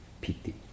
Piti